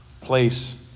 place